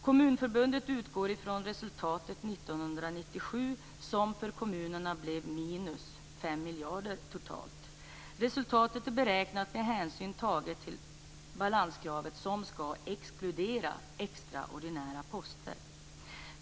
Kommunförbundet utgår ifrån resultatet 1997 som för kommunerna blev minus 5 miljarder totalt. Resultatet är beräknat med hänsyn till balanskravet som skall exkludera extraordinära poster.